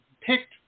picked